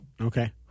okay